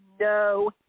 no